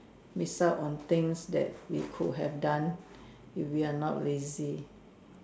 miss out on things that we could have done if we are not lazy